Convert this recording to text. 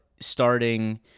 starting